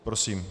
Prosím.